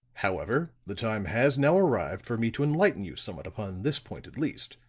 however the time has now arrived for me to enlighten you somewhat upon this point, at least.